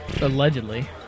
allegedly